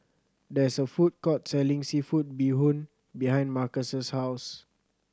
there is a food court selling seafood bee hoon behind Marquez's house